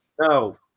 No